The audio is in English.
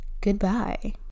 goodbye